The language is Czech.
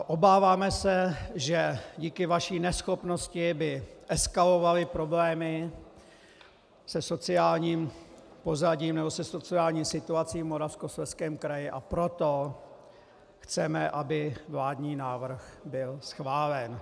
Obáváme se, že díky vaší neschopnosti by eskalovaly problémy se sociálním pozadím nebo se sociální situací v Moravskoslezském kraji, a proto chceme, aby vládní návrh byl schválen.